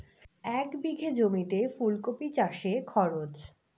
এক বিঘে জমিতে ফুলকপি চাষে খরচ?